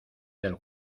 del